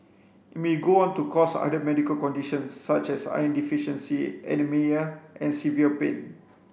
it may go on to cause other medical conditions such as iron deficiency anaemia and severe pain